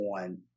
on